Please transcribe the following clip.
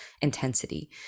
intensity